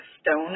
stone